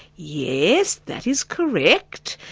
yes, that is correct'.